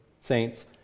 saints